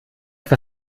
noch